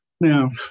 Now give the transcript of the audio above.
Now